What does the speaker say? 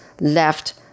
left